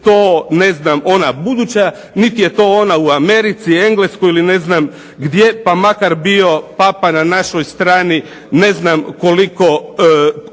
niti je to ona buduća niti je to ona u Americi, Engleskoj ne znam gdje, pa makar bio Papa na našoj strani ne znam koliko